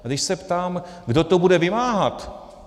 A když se ptám, kdo to bude vymáhat.